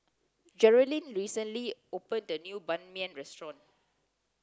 Jerilyn recently opened a new Ban Mian restaurant